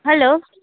hello